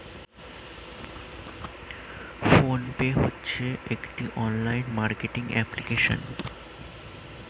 phone pay হচ্ছে একটি online marketing application